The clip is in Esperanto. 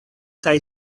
kaj